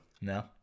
No